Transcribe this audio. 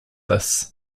this